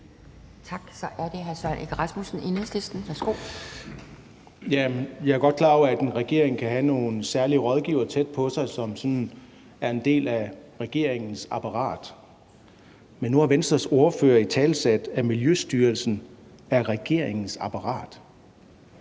Jeg er godt klar over, at en regering kan have nogle særlige rådgivere tæt på sig, som sådan er en del af regeringens apparat. Men nu har Venstres ordfører italesat, at Miljøstyrelsen er regeringens apparat.